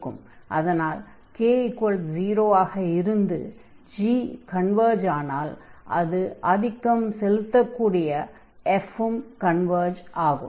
அதனால் k0 ஆக இருந்து g கன்வர்ஜ் ஆனால் அது ஆதிக்கம் செலுத்தக் கூடிய f கன்வர்ஜ் ஆகும்